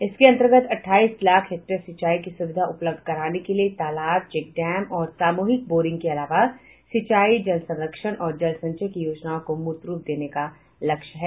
इसके अंतर्गत अठाईस लाख हेक्टेयर सिंचाई की सुविधा उपलब्ध कराने के लिए तालाब चेक डैम और सामूहिक बोरिंग के अलावा सिंचाई जल संरक्षण और जल संचय की योजनाओं को मूर्तरूप देने का लक्ष्य है